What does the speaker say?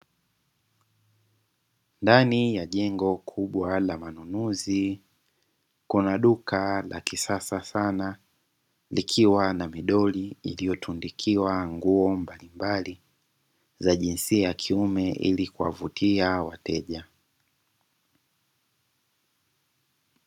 Ndani ya jengo kubwa la manunuzi kuna duka la kisasa sana, likiwa na midoli iliuotundukiwa nguo mbalimbali za jinsia ya kiume, ili kuwavutia wateja.